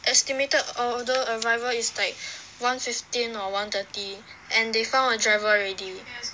estimated order arrival is like one fifteen or one thirty and they found a driver already